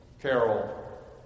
carol